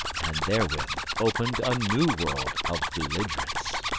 and therewith opened a new world of belligerence.